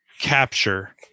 capture